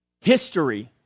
History